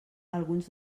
alguns